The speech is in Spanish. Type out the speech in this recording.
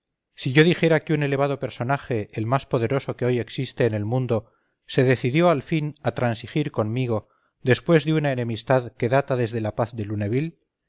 si yo dijera que un elevado personaje el más poderoso que hoy existe en el mundo se decidió al fin a transigir conmigo después de una enemistad que data desde la paz de luneville